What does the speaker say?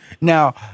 Now